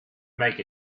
make